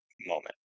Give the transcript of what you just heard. moment